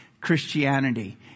christianity